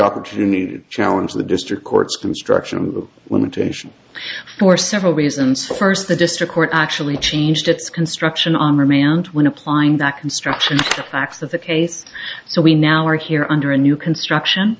opportunity to challenge the district court's construction of women to action for several reasons first the district court actually changed its construction on remand when applying that construction the facts of the case so we now are here under a new construction